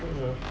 mmhmm